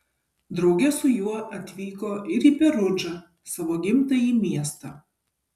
drauge su juo atvyko ir į perudžą savo gimtąjį miestą